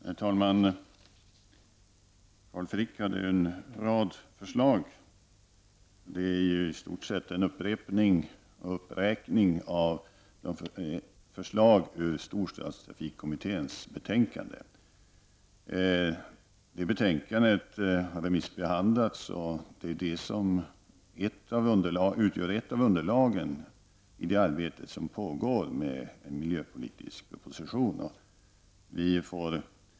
Herr talman! Carl Frick hade en rad förslag. Det var i stort sett en upprepning och en uppräkning av förslagen i storstadstrafikkommitténs betänkande. Det betänkandet har remissbehandlats och utgör ju ett av underlagen i det arbete som pågår med en miljöpolitisk proposition.